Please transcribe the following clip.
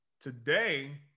Today